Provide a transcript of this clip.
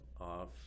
off